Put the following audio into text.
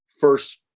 first